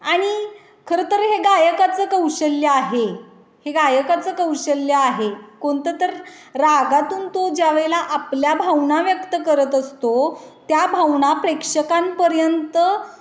आणि खरं तर हे गायकाचं कौशल्य आहे हे गायकाचं कौशल्य आहे कोणतं तर रागातून तो ज्यावेळेला आपल्या भावना व्यक्त करत असतो त्या भावना प्रेक्षकांपर्यंत